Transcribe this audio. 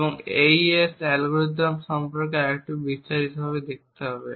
এবং AES algorithm সম্পর্কে আরও একটু বিস্তারিতভাবে দেখতে হবে